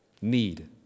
need